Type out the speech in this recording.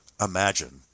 imagine